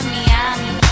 Miami